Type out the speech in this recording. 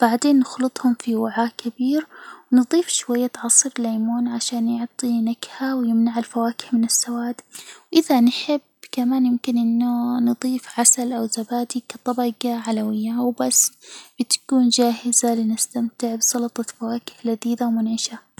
بعدين نخلطهم في وعاء كبير، نضيف شوية عصير ليمون عشان يعطي نكهة، ويمنع الفواكه من السواد، وإذا نحب كمان ممكن إنه نضيف عسل، أو زبادي كطبجة علوية وبس، تكون جاهزة لنستمتع بسلطة فواكه لذيذة ومنعشة.